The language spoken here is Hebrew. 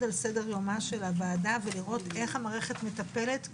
על סדר יומה של הועדה ולראות איך המערכת מטפלת,